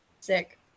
Sick